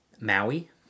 Maui